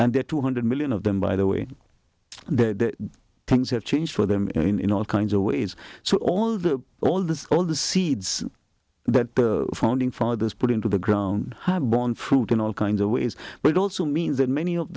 their two hundred million of them by the way that things have changed for them in all kinds of ways so all the all the all the seeds that founding fathers put into the ground have borne fruit in all kinds of ways but it also means that many of